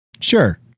Sure